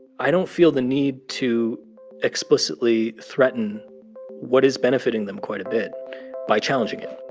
i don't feel the need to explicitly threaten what is benefiting them quite a bit by challenging it.